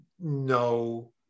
no